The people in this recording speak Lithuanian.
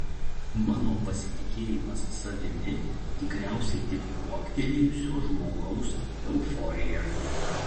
mano pasitikėjimas savimi tikriausiai tik kuoktelėjusio žmogaus euforija